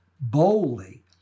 boldly